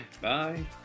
bye